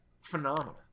Phenomenal